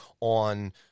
on